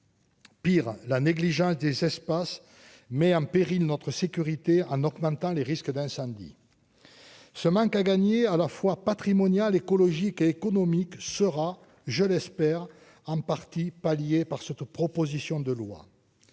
Pire, la négligence des espaces met en péril notre sécurité en augmentant les risques d'incendie ce manque à gagner à la fois patrimoniale écologique et économique sera je l'espère, en partie, par cette proposition de loi